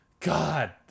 God